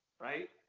right